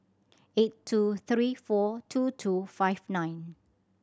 eight two three four two two five nine